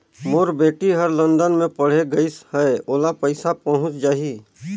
मोर बेटी हर लंदन मे पढ़े गिस हय, ओला पइसा पहुंच जाहि?